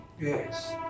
Yes